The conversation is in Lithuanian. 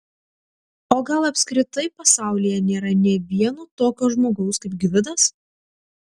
o gal apskritai pasaulyje nėra nė vieno tokio žmogaus kaip gvidas